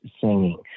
Singing